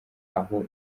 aho